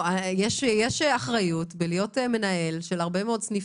יש אחריות בלהיות מנהל של הרבה מאוד סניפים,